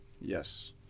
yes